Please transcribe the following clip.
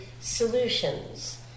solutions